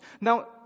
Now